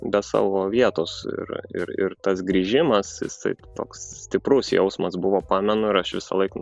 be savo vietos ir ir ir tas grįžimas jisai toks stiprus jausmas buvo pamenu ir aš visąlaik